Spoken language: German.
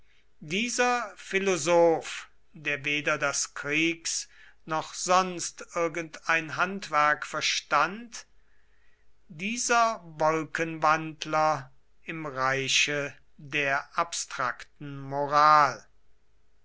dieser philosoph der weder das kriegs noch sonst irgendein handwerk verstand dieser wolkenwandler im reiche der abstrakten moral